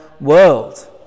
world